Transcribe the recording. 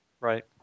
Right